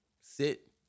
sit